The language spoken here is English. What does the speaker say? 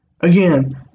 Again